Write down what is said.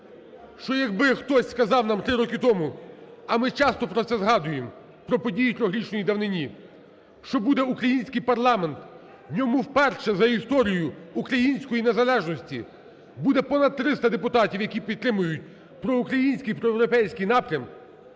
що якби хтось сказав нам три роки тому, а ми часто про це згадуємо, про події трирічної давнини. Що буде український парламент, в ньому вперше за історію української незалежності буде понад 300 депутатів, які підтримують проукраїнський, проєвропейський напрям,